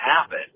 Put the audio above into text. happen